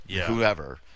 whoever